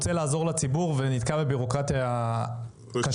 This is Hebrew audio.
רוצה לעזור לציבור ונתקע בביורוקרטיה קשה.